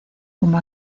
como